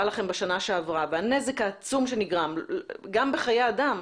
לכם בשנה שעברה והנזק העצום שנגרם גם בחיי אדם,